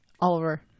Oliver